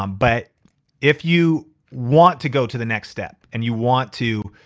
um but if you want to go to the next step and you want to,